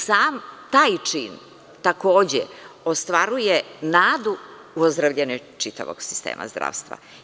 Sam taj čin takođe ostvaruje nadu u ozdravljenje čitavog sistema zdravstva.